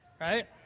right